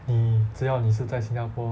你只要你是在新加坡